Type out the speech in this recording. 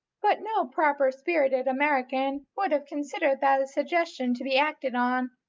but no proper-spirited american would have considered that a suggestion to be acted on,